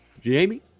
Jamie